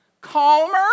Calmer